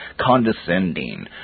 condescending